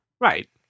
right